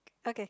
okay